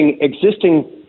existing